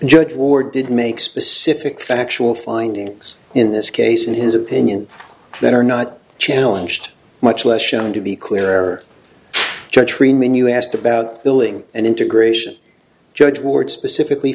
judge war did make specific factual findings in this case in his opinion that are not challenged much less shown to be clear their church remain you asked about billing and integration judge ward specifically